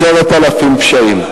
10,000 פשעים.